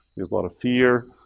there's a lot of fear.